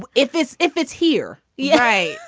if if it's if it's here yeah.